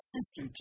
Sister